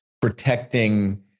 protecting